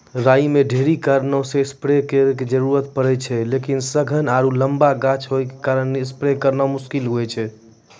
राई मे ढेरी कारणों से स्प्रे करे के जरूरत पड़े छै लेकिन सघन आरु लम्बा गाछ होय के कारण स्प्रे करना मुश्किल होय छै?